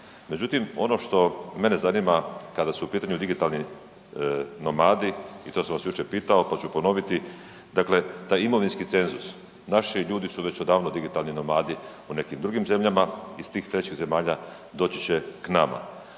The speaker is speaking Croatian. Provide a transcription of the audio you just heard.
Međutim, ono što mene zanima kada su u pitanju digitalni nomadi i to sam vas jučer pitao, to ću ponoviti, dakle taj imovinski cenzus, naši ljudi su već odavno digitalni nomadi u nekim drugim zemljama iz tih trećih zemalja doći će k nama.